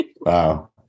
Wow